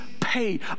pay